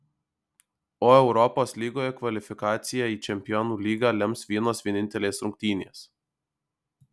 o europos lygoje kvalifikaciją į čempionų lygą lems vienos vienintelės rungtynės